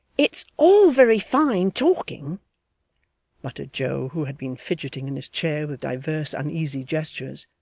it's all very fine talking muttered joe, who had been fidgeting in his chair with divers uneasy gestures.